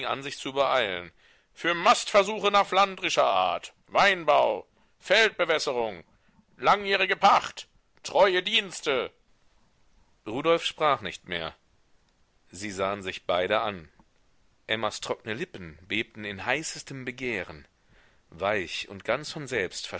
an sich zu beeilen für mastversuche nach flandrischer art weinbau feldbewässerung langjährigen pacht treue dienste rudolf sprach nicht mehr sie sahen sich beide an emmas trockne lippen bebten in heißestem begehren weich und ganz von selbst